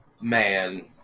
man